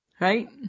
Right